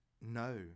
no